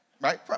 right